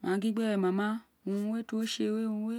Mo wa gin gbe ma ma urun ti wo tse we urun we